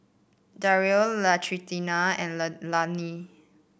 Darrell Latrina and Leilani